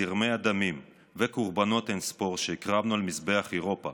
זרמי הדמים וקורבנות אין-ספור שהקרבנו על מזבח אירופה